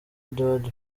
edouard